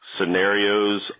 scenarios